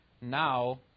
now